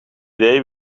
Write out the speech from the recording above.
idee